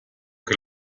que